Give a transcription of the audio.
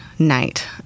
night